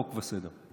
חוק וסדר.